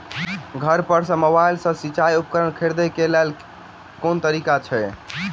घर पर सऽ मोबाइल सऽ सिचाई उपकरण खरीदे केँ लेल केँ तरीका छैय?